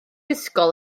ysgol